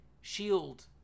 shield